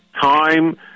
time